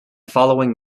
following